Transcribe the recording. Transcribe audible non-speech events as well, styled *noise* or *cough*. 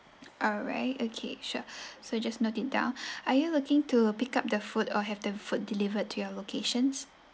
alright okay sure *breath* so just note it down *breath* are you looking to a pick up the food or have the food delivered to your locations